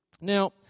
Now